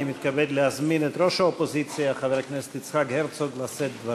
אני מתכבד להזמין את ראש האופוזיציה חבר הכנסת יצחק הרצוג לשאת דברים.